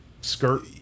skirt